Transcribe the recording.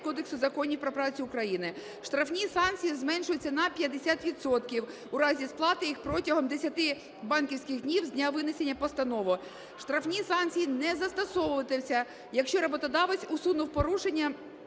Кодексу законів про працю України". Штрафні санкції зменшуються на 50 відсотків в разі сплати їх протягом 10 банківських днів з дня винесення постанови. Штрафні санкції не застосовуватимуться, якщо роботодавець усунув порушення